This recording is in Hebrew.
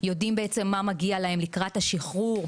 יודעים בעצם מה מגיע להם לקראת השחרור,